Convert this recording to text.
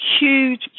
huge